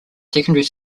secondary